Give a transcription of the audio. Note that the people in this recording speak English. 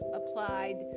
applied